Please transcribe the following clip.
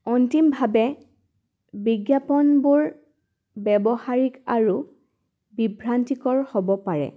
অন্তিমভাৱে বিজ্ঞাপনবোৰ ব্যৱহাৰিক আৰু বিভ্ৰান্তিকৰ হ'ব পাৰে